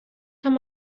kann